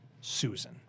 Susan